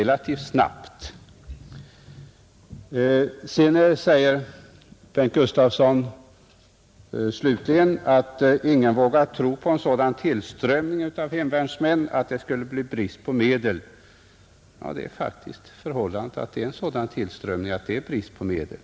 Slutligen säger herr Bengt Gustavsson att ingen vågar tro på en sådan tillströmning av hemvärnsmän att det skulle bli brist på medel. Men förhållandet är faktiskt att tillströmningen är sådan att det är brist på medel.